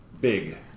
big